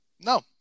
No